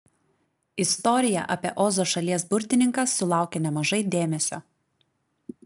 istorija apie ozo šalies burtininką sulaukia nemažai dėmesio